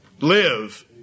live